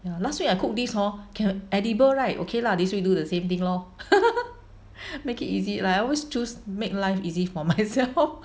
ya last week I cook this hor can edible right okay lah this week do the same thing lor make it easy like I always choose make life easy for myself